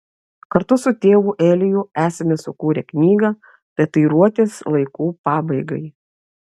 kartu su tėvu eliju esame sukūrę knygą tatuiruotės laikų pabaigai